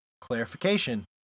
clarification